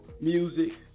music